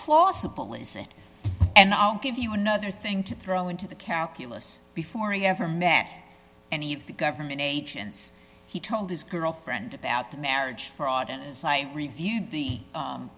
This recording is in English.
plausible is that and i'll give you another thing to throw into the calculus before he ever met any of the government agents he told his girlfriend about the marriage fraud and as i reviewed the sum